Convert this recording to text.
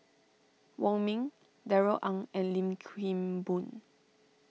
Wong Ming Darrell Ang and Lim Kim Boon